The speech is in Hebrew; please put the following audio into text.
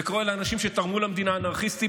וקורא לאנשים שתרמו למדינה "אנרכיסטים",